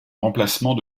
remplacement